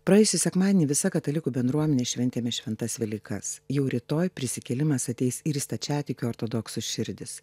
praėjusį sekmadienį visa katalikų bendruomenė šventėme šventas velykas jau rytoj prisikėlimas ateis ir į stačiatikių ortodoksų širdis